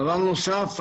ד"ר אחמד טיבי.